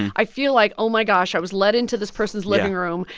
i feel like, oh, my gosh, i was led into this person's living room,